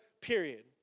period